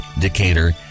Decatur